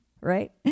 right